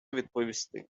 відповісти